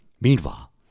Meanwhile